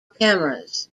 cameras